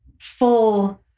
full